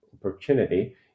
opportunity